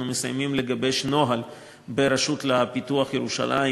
אנחנו מסיימים לגבש נוהל ברשות לפיתוח ירושלים